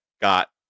got